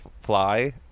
fly